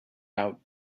out